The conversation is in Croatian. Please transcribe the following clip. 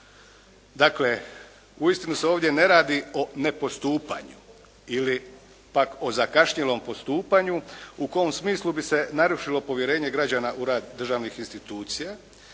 Dakle, uistinu se ovdje ne radi o nepostupanju ili pak o zakašnjelom postupanju u kom smislu bi se narušilo povjerenje građana u rad državnih institucija.